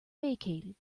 vacated